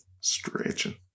stretching